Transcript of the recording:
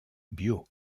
bio